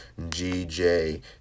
gj